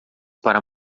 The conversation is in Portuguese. para